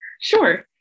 Sure